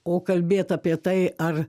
o kalbėt apie tai ar